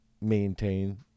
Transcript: maintain